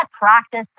practice